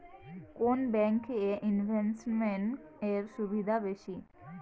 কোন ব্যাংক এ ইনভেস্টমেন্ট এর সুবিধা বেশি?